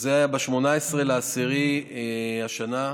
זה היה ב-18 באוקטובר השנה,